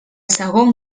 segon